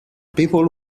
people